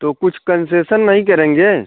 तो कुछ कंसेसन नहीं करेंगे